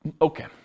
Okay